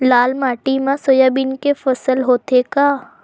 लाल माटी मा सोयाबीन के फसल होथे का?